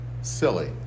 silly